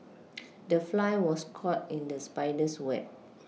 the fly was caught in the spider's web